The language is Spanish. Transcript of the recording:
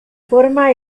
forma